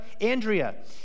Andrea